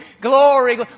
Glory